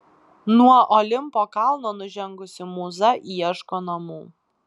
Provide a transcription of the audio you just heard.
nuo olimpo kalno nužengusi mūza ieško namų